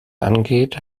angeht